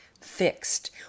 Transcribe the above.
fixed